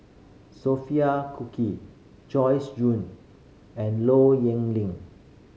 Sophia Cookie Joyce Jue and Low Yen Ling